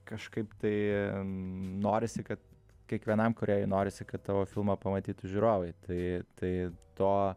kažkaip tai norisi kad kiekvienam kūrėjui norisi kad tavo filmą pamatytų žiūrovai tai tai to